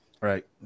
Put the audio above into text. Right